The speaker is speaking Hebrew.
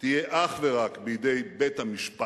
תהיה אך ורק בידי בית-המשפט,